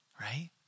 right